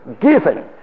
given